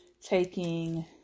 taking